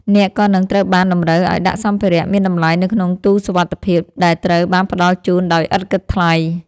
អ្នកក៏នឹងត្រូវបានតម្រូវឱ្យដាក់សម្ភារៈមានតម្លៃនៅក្នុងទូសុវត្ថិភាព ដែលត្រូវបានផ្ដល់ជូនដោយឥតគិតថ្លៃ។